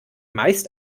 meist